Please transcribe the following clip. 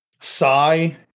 sigh